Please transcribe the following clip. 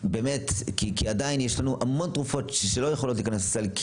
זה יש לנו עדיין המון תרופות שלא יכולות להיכנס לסל,